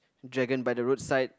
dragon by the roadside